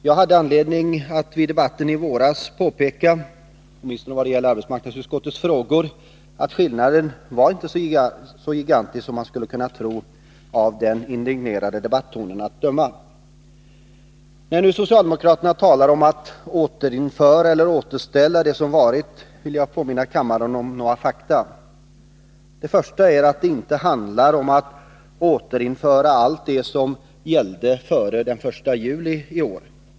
I debatten i våras hade jag anledning att påpeka — åtminstone vad gäller arbetsmarknadsutskottets frågor — att skillnaden inte var så gigantisk som man skulle kunna tro, av den indignerade debattonen att döma. När nu socialdemokraterna talar om ett återinförande eller återställande beträffande det som har varit, vill jag påminna kammaren om några fakta. Det första är att det inte handlar om att återinföra allt det som gällde före den 1 juli i år.